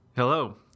Hello